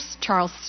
Charles